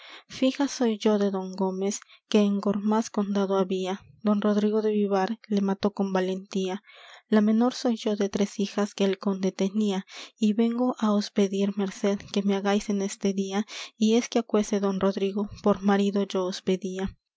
soy yo de don gómez que en gormaz condado había don rodrigo de vivar le mató con valentía la menor soy yo de tres hijas que el conde tenía y vengo á os pedir merced que me hagáis en este día y es que aquese don rodrigo por marido yo os